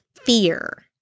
fear